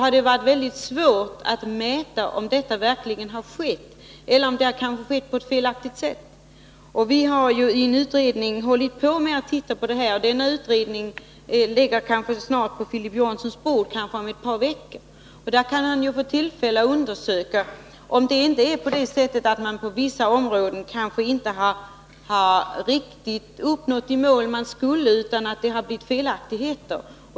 Men det har varit väldigt svårt att mäta om detta verkligen har skett eller om det har skett på ett felaktigt sätt. Vi har ju i en utredning sett på detta, och denna utrednings betänkande ligger snart på Filip Johanssons bord — kanske om ett par veckor. Då kan Filip Johansson få tillfälle att undersöka om det inte är så att man på vissa områden inte riktigt har uppnått de mål man skulle uppnå, utan det har blivit felaktigheter.